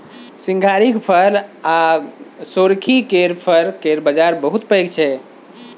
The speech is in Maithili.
सिंघारिक फर आ सोरखी केर फर केर बजार बहुत पैघ छै